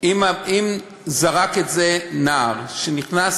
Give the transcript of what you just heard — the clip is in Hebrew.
שאם זרק את זה הנער והוא נכנס